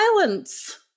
violence